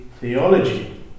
theology